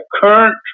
current